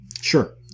Sure